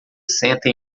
senta